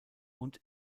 und